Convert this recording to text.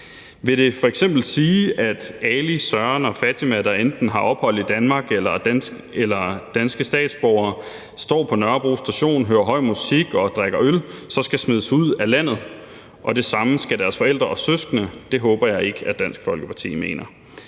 Vil det f.eks. sige, at Ali, Søren og Fatima, der enten har ophold i Danmark eller er danske statsborgere, og som står på Nørrebro Station og hører høj musik og drikker øl, så skal smides ud af landet, og at det samme skal deres forældre og søskende? Det håber jeg ikke Dansk Folkeparti mener.